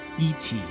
ET